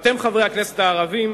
ואתם חברי הכנסת הערבים,